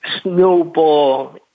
snowball